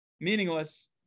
meaningless